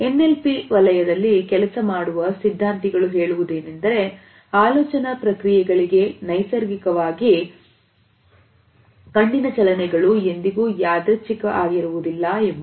NLP ವಲಯದಲ್ಲಿ ಕೆಲಸ ಮಾಡುವ ಸಿದ್ಧಾಂತಿಗಳು ಹೇಳುವುದೇನೆಂದರೆ ಆಲೋಚನಾ ಪ್ರಕ್ರಿಯೆಗಳಿಗೆ ನೈಸರ್ಗಿಕವಾಗಿ ಕಣ್ಣಿನ ಚಲನೆಗಳು ಎಂದಿಗೂ ಯಾದೃಚಿಕ ಆಗಿರುವುದಿಲ್ಲ ಎಂಬುದು